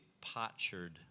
potsherd